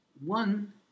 one